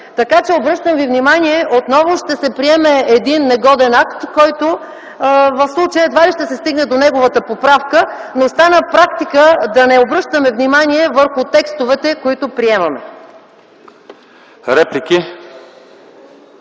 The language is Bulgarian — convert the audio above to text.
решение. Обръщам Ви внимание, че отново ще се приеме един негоден акт, с който в случая едва ли ще се стигне до неговата поправка, но остана практика да не обръщаме внимание върху текстовете, които приемаме.